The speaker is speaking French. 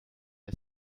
n’a